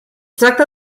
tracta